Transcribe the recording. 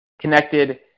connected